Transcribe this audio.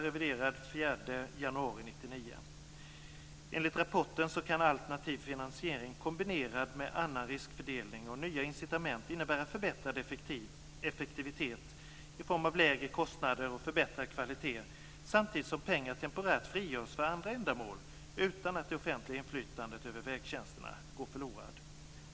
Enligt rapporten kan alternativ finansiering kombinerad med annan riskfördelning och nya incitament innebära förbättrad effektivitet i form av lägre kostnader och förbättrad kvalitet samtidigt som pengar temporärt frigörs för andra ändamål utan att det offentliga inflytandet över vägtjänsterna går förlorat.